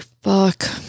fuck